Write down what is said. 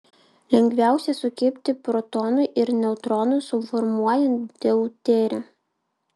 lengviausia sukibti protonui ir neutronui suformuojant deuterį